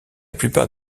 plupart